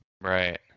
Right